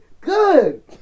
Good